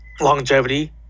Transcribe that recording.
longevity